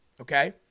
okay